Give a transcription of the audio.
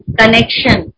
connection